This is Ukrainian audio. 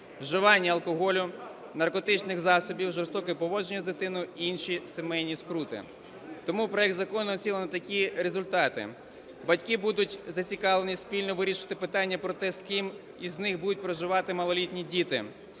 вживання алкоголю, наркотичних засобів, жорстоке поводження з дитиною і інші сімейні скрути. Тому проект закону націлений на такі результати. Батьки будуть зацікавлені спільно вирішувати питання про те, з ким із них будуть проживати малолітні діти,